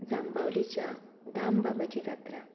जांबावलीच्या दामबाबाची जात्रा